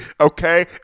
Okay